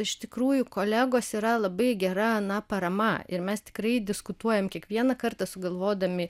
iš tikrųjų kolegos yra labai gera na parama ir mes tikrai diskutuojam kiekvieną kartą sugalvodami